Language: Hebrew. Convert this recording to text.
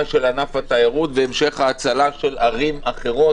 של ענף התיירות והמשך ההצלה של ערים אחרות,